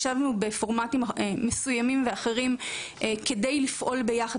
ישבנו בפורמטים אחרים ומסוימים כדי לפעול ביחד